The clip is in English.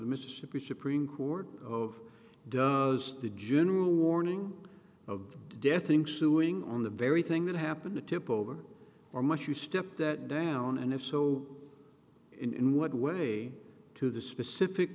the mississippi supreme court of does the general warning of death think chewing on the very thing that happened to tip over or much you step that down and if so in what way to the specific